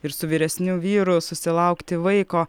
ir su vyresniu vyru susilaukti vaiko